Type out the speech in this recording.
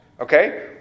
Okay